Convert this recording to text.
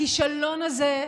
הכישלון הזה,